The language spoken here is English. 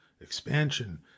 expansion